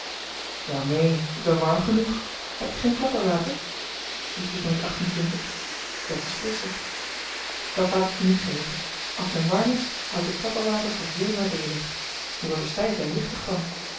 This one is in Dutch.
wel neen ik ben warm genoeg heb je geen klapperwater dat is frisscher dat laat ik je niet geven als men warm is houd ik klapperwater voor heel nadeelig je wordt er styf en jichtig van